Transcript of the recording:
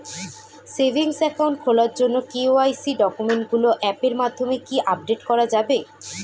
Savings account খোলার জন্য KYC ডকুমেন্টগুলো অ্যাপের মাধ্যমে কি আপডেট করা যাবে?